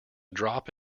drop